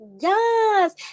Yes